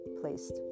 placed